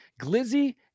Glizzy